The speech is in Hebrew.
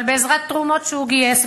אבל בעזרת תרומות שהוא גייס,